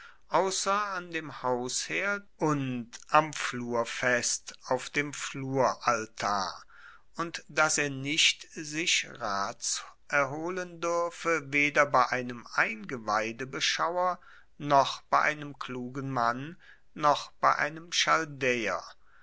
ausser an dem hausherd und am flurfest auf dem fluraltar und dass er nicht sich rats erholen duerfe weder bei einem eingeweidebeschauer noch bei einem klugen mann noch bei einem